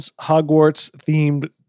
Hogwarts-themed